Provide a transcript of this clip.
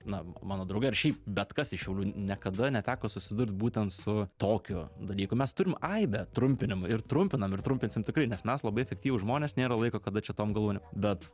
na mano draugai ar šiaip bet kas iš šiaulių niekada neteko susidurt būtent su tokiu dalyku mes turim aibę trumpinimų ir trumpinam ir trumpinsim tikrai nes mes labai efektyvūs žmonės nėra laiko kada čia tom galūnėm bet